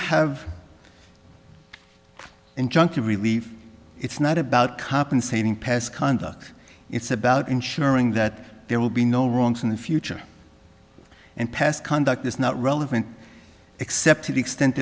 have injunctive relief it's not about compensating past conduct it's about ensuring that there will be no wrongs in the future and past conduct is not relevant except to the extent